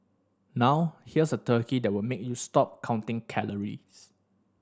now here's a turkey that will make you stop counting calories